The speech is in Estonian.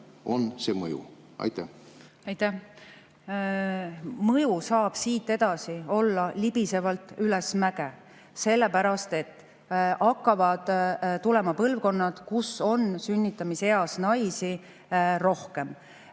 Mõju saab siit edasi olla libisevalt ülesmäge, sellepärast et hakkavad tulema põlvkonnad, kus on sünnitamiseas naisi rohkem.